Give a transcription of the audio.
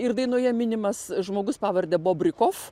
ir dainoje minimas žmogus pavarde bobrikov